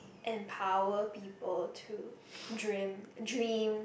empower people to dream dream